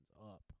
up